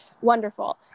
wonderful